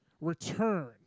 return